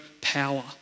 power